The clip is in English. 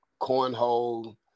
cornhole